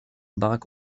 barack